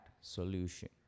solution